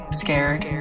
scared